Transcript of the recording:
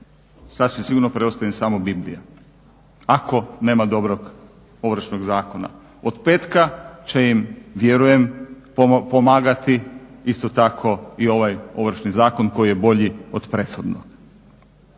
sasvim sigurno preostaje im samo Biblija, ako nema dobrog Ovršnog zakona. Od petka će im vjerujem pomagati isto tako i ovaj Ovršni zakon koji je bolji od prethodnog.